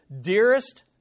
dearest